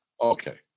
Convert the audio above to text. Okay